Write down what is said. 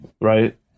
right